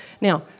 Now